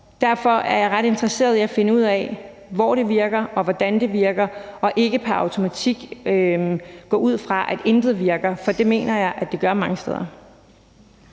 Derfor er jeg ret interesseret i at finde ud af, hvor det virker, og hvordan det virker, og ikke pr. automatik gå ud fra, at intet virker – for det mener jeg at det gør mange steder.